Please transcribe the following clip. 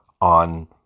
on